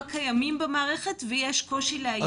קיימים במערכת ויש קושי לאייש אותם.